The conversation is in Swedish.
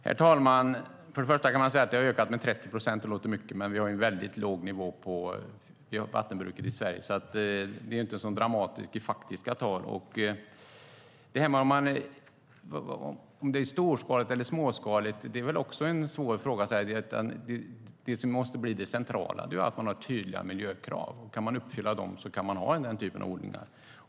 Herr talman! Det kan låta mycket att det har ökat med 30 procent, men vi har en väldigt låg nivå på vattenbruket i Sverige, så det är inte så dramatiskt i faktiska tal. Detta om det är storskaligt eller småskaligt är också en svår fråga. Det som måste bli det centrala är att man har tydliga miljökrav. Kan man uppfylla dem kan man ha den här typen av odlingar.